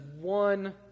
one